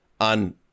on